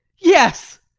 yes!